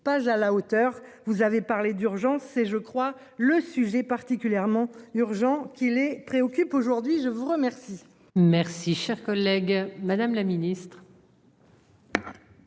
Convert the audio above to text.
pages à la hauteur. Vous avez parlé d'urgence. C'est je crois le sujet particulièrement urgents qui les préoccupent aujourd'hui je vous remercie. Merci cher collègue. Madame la Ministre.